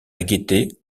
guetter